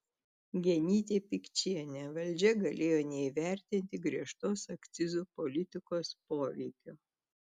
genytė pikčienė valdžia galėjo neįvertinti griežtos akcizų politikos poveikio